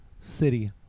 City